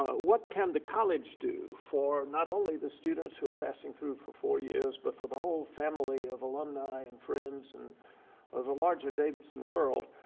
what can the college do for only the students who are passing through for four years but for the whole family of alumni and friends and of the larger davidson world?